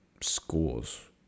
schools